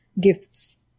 gifts